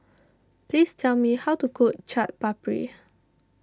please tell me how to cook Chaat Papri